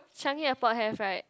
Changi-Airport have right